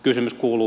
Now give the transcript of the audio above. kysymys kuuluu